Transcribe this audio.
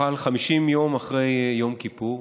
חל 50 יום אחרי יום כיפור,